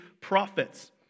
prophets